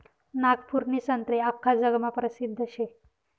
नागपूरनी संत्री आख्खा जगमा परसिद्ध शे